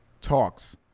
talks